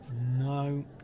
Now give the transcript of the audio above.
no